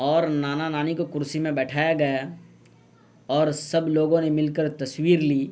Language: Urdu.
اور نانا نانی کو کرسی میں بیٹھایا گیا اور سب لوگوں نے مل کر تصویر لی